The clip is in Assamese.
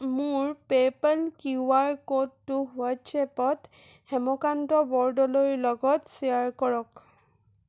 মোৰ পে'পল কিউ আৰ ক'ডটো হোৱাট্ছএপত হেমকান্ত বৰদলৈৰ লগত শ্বেয়াৰ কৰক